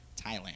Thailand